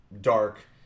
Dark